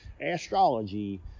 Astrology